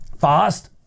fast